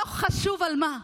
לא חשוב על מה.